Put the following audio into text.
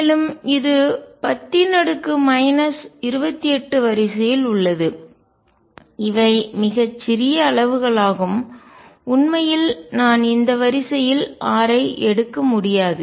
மேலும் இது 10 28வரிசையில் உள்ளது இவை மிகச் சிறிய அளவுகளாகும் உண்மையில் நான் இந்த வரிசையில் r ஐ எடுக்க முடியாது